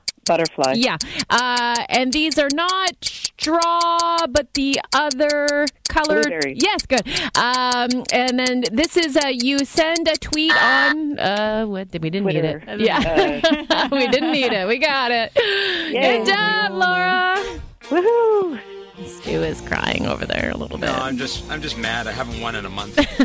Butterfly. Yeah. Uh, and these are not straw, but the other colored- Blueberry. Yes, good. Um, and then this is a- you send a tweet on- uh, what did- we didn't need Twitter. it. Yeah. Uh. We didn't need it. We got it. Yay. Good job, Laura. Woohoo. Stu is crying over there a little No, bit. I'm just- I'm just mad. I haven't won in a month.